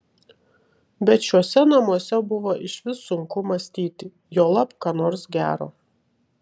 bet šiuose namuose buvo išvis sunku mąstyti juolab ką nors gero